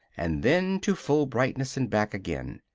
and then to full brightness and back again.